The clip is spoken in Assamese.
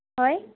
হয়